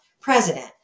President